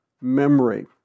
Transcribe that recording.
memory